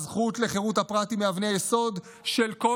הזכות לחירות הפרט היא מאבני היסוד של כל